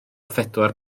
phedwar